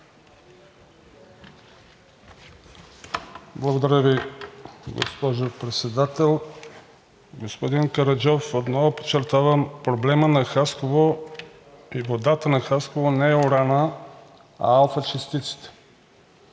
Благодаря Ви, госпожо Председател. Господин Караджов, отново подчертавам, проблемът на Хасково и водата на Хасково не е уранът, а алфа частиците.